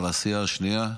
או לסיעה השנייה,